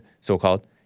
so-called